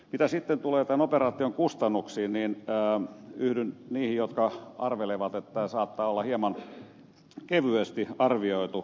mitä sitten tulee tämän operaation kustannuksiin niin yhdyn niihin jotka arvelevat että saattaa olla että ne on hieman kevyesti arvioitu